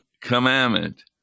commandment